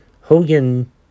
Hogan